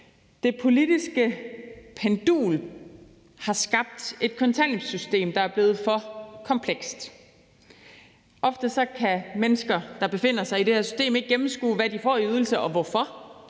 Det politiske pendul har skabt et kontanthjælpssystem, der er blevet for komplekst. Ofte kan mennesker, der befinder sig i det her system, ikke gennemskue, hvad de får i ydelse og hvorfor,